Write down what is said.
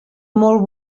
molt